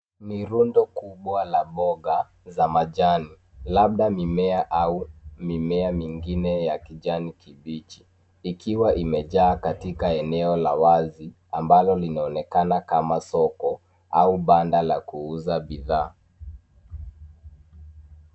Ni rundo kubwa la mboga, za majani, labda mimea, au mimea mingine ya kijani kibichi, ikiwa imejaa katika eneo la wazi, ambalo linaonekana kama soko, au banda la kuuza bidhaa.